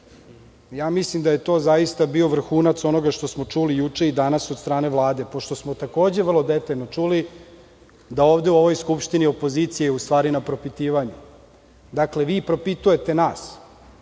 Mislim da je to zaista bio vrhunac onoga što smo čuli juče i danas od strane Vlade, pošto smo takođe vrlo detaljno čuli da ovde u ovoj Skupštini opozicija je u stvari na propitivanju. Dakle, vi propitujete nas,